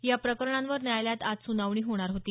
या प्रकरणांवर न्यायालयात आज सुनवणी होणार होती